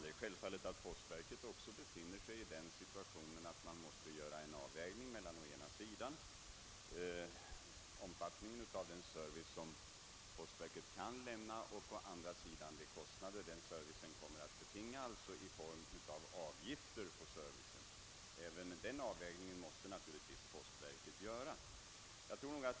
Det är självfallet att postverket också befinner sig i den siiuationen, att man måste göra en avvägning mellan å ena sidan omfattningen av den service som postverket kan lämna och å andra sidan de kostnader den servicen kommer att betinga i form av avgifter för servicen.